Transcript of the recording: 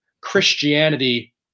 Christianity